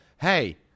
hey